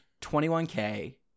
21K